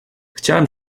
chciałem